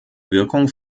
wirkung